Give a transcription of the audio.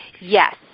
Yes